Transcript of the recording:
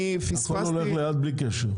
הכל הולך לאט בלי קשר.